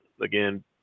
again